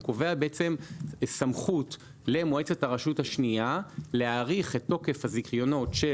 הוא קובע סמכות למועצת הרשות השנייה להאריך את תוקף הזיכיונות של